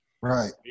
Right